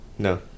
no